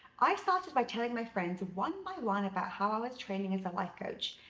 i started by telling my friends one by one about how i was training as a life coach,